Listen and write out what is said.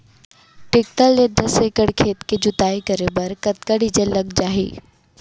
Tractor ले दस एकड़ खेत के जुताई करे बर कतका डीजल लग जाही?